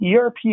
ERP